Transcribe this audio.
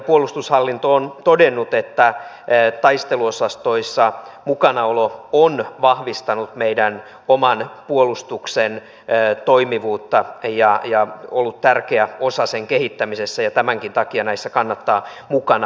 puolustushallinto on todennut että taisteluosastoissa mukanaolo on vahvistanut meidän oman puolustuksen toimivuutta ja ollut tärkeä osa sen kehittämisessä ja tämänkin takia näissä kannattaa mukana olla